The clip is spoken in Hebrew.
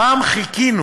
פעם חיכינו